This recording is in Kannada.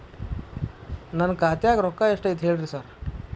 ನನ್ ಖಾತ್ಯಾಗ ರೊಕ್ಕಾ ಎಷ್ಟ್ ಐತಿ ಹೇಳ್ರಿ ಸಾರ್?